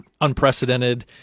unprecedented